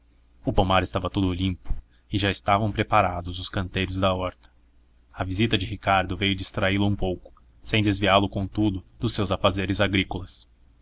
o pomar estava todo limpo e já estavam preparados os canteiros da horta a visita de ricardo veio distraí lo um pouco sem desviá lo contudo dos seus afazeres agrícolas